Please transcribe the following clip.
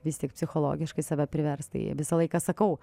vis tik psichologiškai save priversti tai visą laiką sakau